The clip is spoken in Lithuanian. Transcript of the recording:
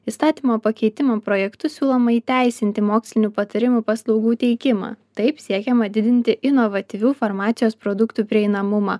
įstatymo pakeitimo projektu siūloma įteisinti mokslinių patarimų paslaugų teikimą taip siekiama didinti inovatyvių farmacijos produktų prieinamumą